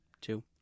Two